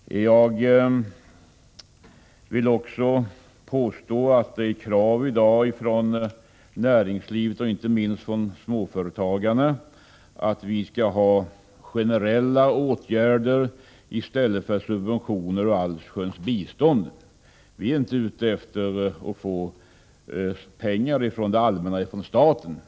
Vidare vill jag påstå att det ställs krav i dag från näringslivet, inte minst från småföretagarna, på generella åtgärder i stället för subventioner och allsköns bistånd. Vi är inte ute efter att få pengar från det allmänna, från staten.